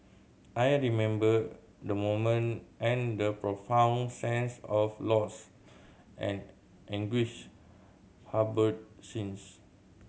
I remember the moment and the profound sense of loss and anguish harboured since